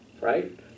right